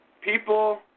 People